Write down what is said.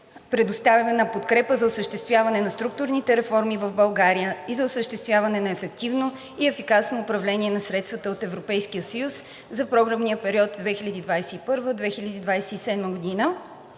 предоставяна подкрепа за осъществяване на структурните реформи в България и за осъществяване на ефективно и ефикасно управление на средствата от ЕС за програмен период 2021 – 2027 г.,